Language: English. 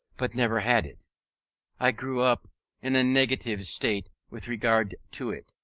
but never had it i grew up in a negative state with regard to it.